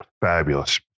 Fabulous